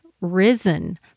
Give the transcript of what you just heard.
risen